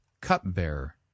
cupbearer